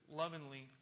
lovingly